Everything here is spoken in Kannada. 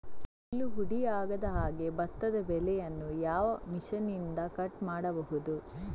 ಹುಲ್ಲು ಹುಡಿ ಆಗದಹಾಗೆ ಭತ್ತದ ಬೆಳೆಯನ್ನು ಯಾವ ಮಿಷನ್ನಿಂದ ಕಟ್ ಮಾಡಬಹುದು?